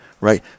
right